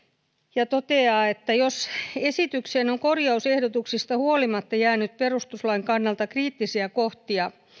ja toteaa että jos esitykseen on korjausehdotuksista huolimatta jäänyt perustuslain kannalta kriittisiä kohtia